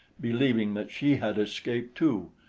believing that she had escaped too.